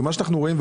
מה שאנחנו רואים,